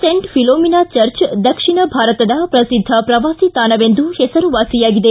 Saint Philomena church ದಕ್ಷಿಣ ಭಾರತದ ಪ್ರಸಿದ್ಧ ಪ್ರವಾಸಿ ತಾಣವೆಂದು ಹೆಸರುವಾಸಿಯಾಗಿದೆ